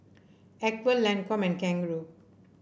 Acwell Lancome and Kangaroo